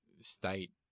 state